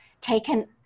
taken